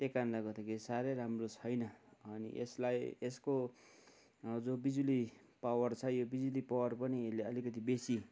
त्यही कारणले गर्दाखेरि यो साह्रै राम्रो छैन अनि यसलाई यसको जो बिजली पावर छ यो बिजली पावर पनि यसले अलिकति बेसी